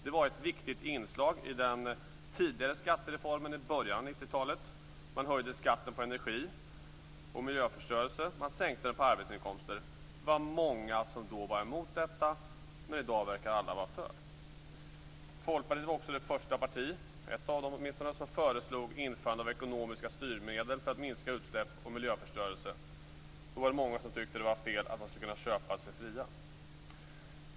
Det var ett viktigt inslag i den tidigare skattereformen i början av 90 talet. Man höjde skatten på energi och miljöförstörelse, och man sänkte den på arbetsinkomster. Det var många som då var emot detta, men i dag verkar alla vara för. Folkpartiet var också det första partiet - ett av dem åtminstone - som föreslog införande av ekonomiska styrmedel för att minska utsläpp och miljöförstörelse. Då var det många som tyckte att det var fel att man skulle kunna köpa sig fri.